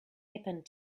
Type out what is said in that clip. happened